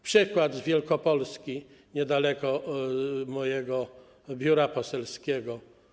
Przykład z Wielkopolski, niedaleko mojego biura poselskiego.